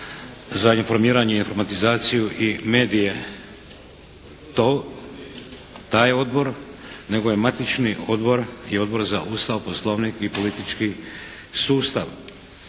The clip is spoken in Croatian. za informiranje, informatizaciju i medije to, taj odbor, nego je matični odbor, Odbor za Ustav, Poslovnik i politički sustav.